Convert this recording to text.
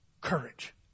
Courage